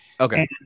Okay